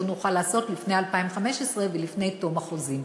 לא נוכל לעשות לפני 2015 ולפני תום החוזים.